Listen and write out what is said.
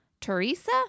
Teresa